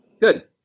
Good